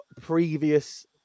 previous